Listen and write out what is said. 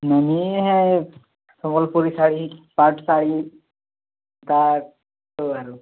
ମୁଁ ନି ହେ ସମ୍ୱଲପୁରୀ ଶାଢ଼ୀ ପାଟ୍ ଶାଢ଼ୀ ତାକୁ ଆରୁ